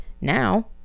Now